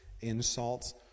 insults